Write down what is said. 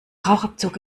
rauchabzug